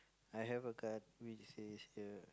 I have a card which says here